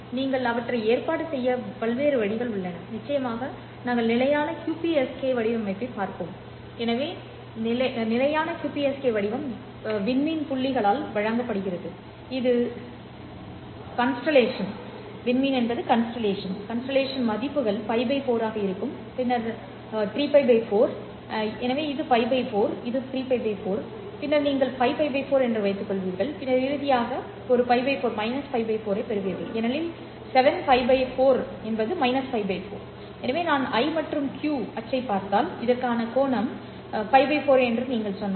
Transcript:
நீங்கள் அவற்றை ஏற்பாடு செய்ய பல்வேறு வழிகள் உள்ளன நிச்சயமாக நாங்கள் நிலையான QPSK வடிவமைப்பைப் பார்ப்போம் எனவே நிலையான QPSK வடிவம் விண்மீன் புள்ளியால் வழங்கப்படுகிறது இது விண்மீன் மதிப்புகள் Л 4 ஆக இருக்கும் பின்னர் உங்களுக்கு 3Л 4 உள்ளது எனவே இது Л 4 இது 3Л 4 பின்னர் நீங்கள் 5Л 4 என்று வைத்துக்கொள்வீர்கள் பின்னர் இறுதியாக நீங்கள் ஒரு Л 4 ஐப் பெறுவீர்கள் ஏனெனில் 7Л 4 ஏனெனில் Л 4 எனவே நான் I மற்றும் Q அச்சைப் பார்த்தால் இதற்காக இந்த கோணம் Л 4 என்று நீங்கள் சொன்னால்